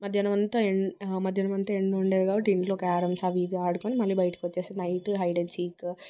మధ్యాహ్నమంతా ఎం మధ్యాహ్నమంతా ఎండ ఉండదు కాబట్టి ఇంట్లో క్యారమ్స్ అవి ఇవి ఆడుకొని మళ్ళీ బయటికి వచ్చేస్తాం నైట్ హైడ్ అండ్ సీక్